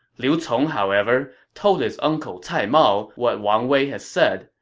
liu cong, however, told his uncle cai mao what wang wei had said,